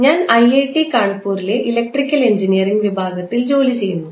ഞാൻ ഐഐടി കാൺപൂരിലെ electrical engineering വിഭാഗത്തിൽ ജോലി ചെയ്യുന്നു